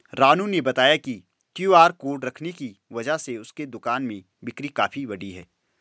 रानू ने बताया कि क्यू.आर कोड रखने की वजह से उसके दुकान में बिक्री काफ़ी बढ़ी है